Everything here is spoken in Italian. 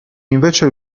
invece